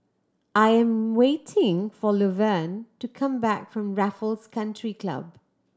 I 'm waiting for Luverne to come back from Raffles Country Club